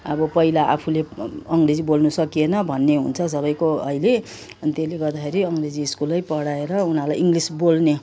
अब पहिला आफूले अङ्ग्रेजी बोल्न सकिएन भन्ने हुन्छ सबैको अहिले अनि त्यसले गर्दाखेरि अङ्ग्रेजी स्कुलै पढाएर उनीहरूलाई इङ्ग्लिस बोल्ने